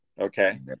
okay